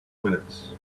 minutes